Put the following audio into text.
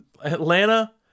Atlanta